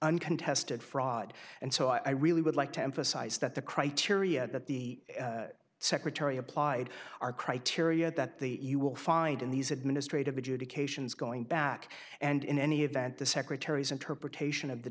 uncontested fraud and so i really would like to emphasize that the criteria that the secretary applied our criteria that the you will find in these administrative adjudications going back and in any event the secretary's interpretation of the